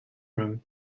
room